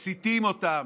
מסיתים אותם,